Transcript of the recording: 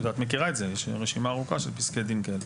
את מכירה את זה, יש רשימה ארוכה של פסקי דין כאלה.